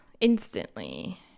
instantly